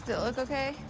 it look okay?